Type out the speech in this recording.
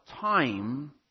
time